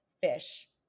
fish